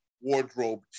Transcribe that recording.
wardrobe